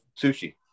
sushi